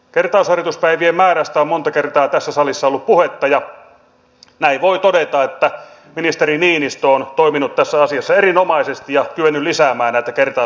kertausharjoituspäivien määrästä on monta kertaa tässä salissa ollut puhetta ja näin voi todeta että ministeri niinistö on toiminut tässä asiassa erinomaisesti ja kyennyt lisäämään näitä kertausharjoituspäiviä